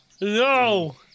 No